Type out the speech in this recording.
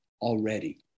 already